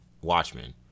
Watchmen